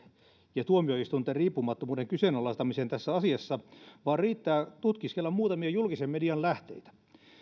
ja tuomioistuinten riippumattomuuden kyseenalaistamiseen tässä asiassa vaan riittää että tutkiskelee muutamia julkisen median lähteitä